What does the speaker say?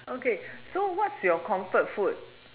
okay so what's your comfort food